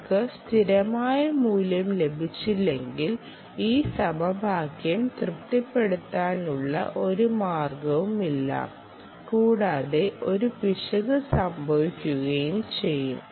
നമുക്ക് സ്ഥിരമായ മൂല്യം ലഭിച്ചില്ലെങ്കിൽ ഈ സമവാക്യം തൃപ്തിപ്പെടുത്തുന്നതിനുള്ള ഒരു മാർഗ്ഗവുമില്ല കൂടാതെ ഒരു പിശക് സംഭവിക്കുകയും ചെയ്യും